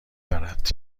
دارد